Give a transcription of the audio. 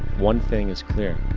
one thing is clear.